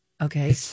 Okay